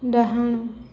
ଡାହାଣ